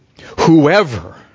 Whoever